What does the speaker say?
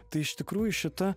tai iš tikrųjų šita